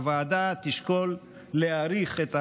הוועדה תשקול להאריך את ההצעה,